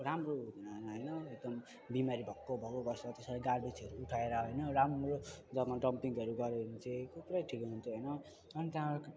राम्रो होइन एकदम बिमारी भएको भएको गर्छ त्यसरी गार्बेजहरू उठाएर होइन राम्रो जमा डम्पिङहरू गऱ्यौँ भने चाहिँ ठिक हुन्छ होइन अनि त्यहाँ